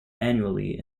annually